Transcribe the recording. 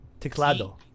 Teclado